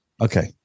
Okay